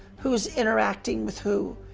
who's interacting with who.